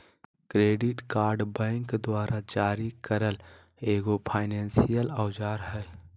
credit card bank द्वारा जारी करल एगो फायनेंसियल औजार हइ